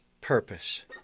purpose